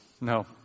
No